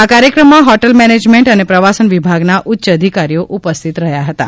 આ કાર્યક્રમમાં hotel management અને પ્રવાસન વિભાગના ઉચ્ય અધિકારીઓ ઉપસ્થિત રહ્યાં હતાં